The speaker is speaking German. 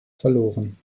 verloren